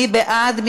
מי בעד?